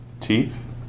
teeth